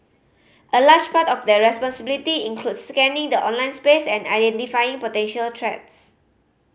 a large part of their responsibility includes scanning the online space and identifying potential threats